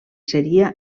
seria